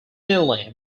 milne